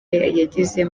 yagize